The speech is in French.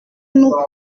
nous